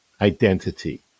identity